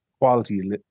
quality